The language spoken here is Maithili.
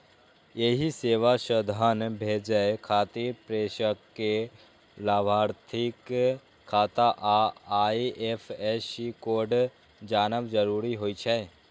एहि सेवा सं धन भेजै खातिर प्रेषक कें लाभार्थीक खाता आ आई.एफ.एस कोड जानब जरूरी होइ छै